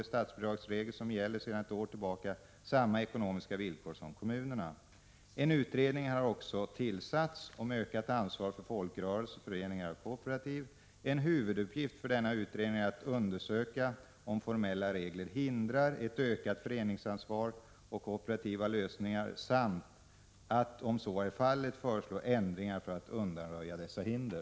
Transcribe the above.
statsbidragsregler som gäller sedan ett år tillbaka samma ekonomiska villkor som kommunerna. En utredning har också tillsatts om ökat ansvar för folkrörelser, föreningar och kooperativ. En huvuduppgift för denna utredning är att undersöka om formella regler hindrar ett ökat föreningsansvar och kooperativa lösningar samt att om så är fallet föreslå ändringar för att undanröja dessa hinder.